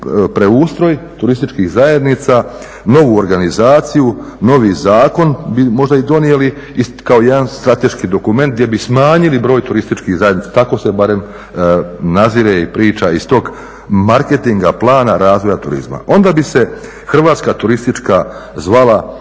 preustroj turističkih zajednica, novu organizaciju, novi zakon bi možda i donijeli kao jedan strateški dokument gdje bi smanjili broj turističkih zajednica, tako se barem nadzire i priča iz tog marketinga plana razvoja turizma. Onda bi se Hrvatska turistička